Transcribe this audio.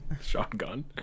Shotgun